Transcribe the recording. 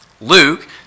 Luke